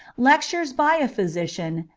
lectures by a physician,